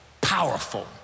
powerful